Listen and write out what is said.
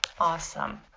Awesome